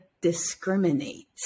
discriminate